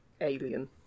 alien